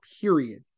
period